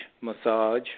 massage